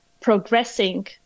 progressing